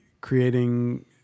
creating